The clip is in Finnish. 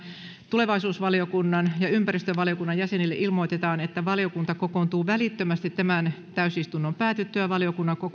tulevaisuusvaliokunnan ja ympäristövaliokunnan jäsenille ilmoitetaan että valiokunta kokoontuu välittömästi tämän täysistunnon päätyttyä valiokunnan